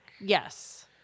Yes